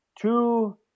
two